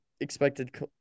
expected